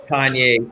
Kanye